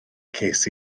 ces